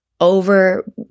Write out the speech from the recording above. over